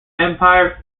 empire